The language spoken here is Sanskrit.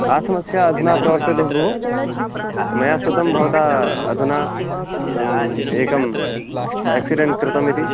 का समस्या अधुना प्रवर्तते भोः मया श्रुतं भवता अधुना एकं एक्सिडेण्ट् कृतम् इति